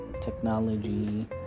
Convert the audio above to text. technology